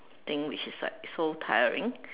think which is like so tiring